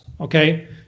Okay